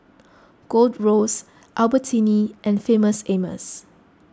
Gold Roast Albertini and Famous Amos